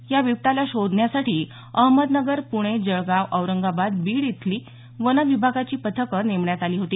या बिबट्याला शोधण्यासाठी अहमदनगर पुणे जळगाव औरंगाबाद बीड इथली वनविभागाची पथकं नेमण्यात आली होती